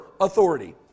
authority